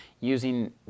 using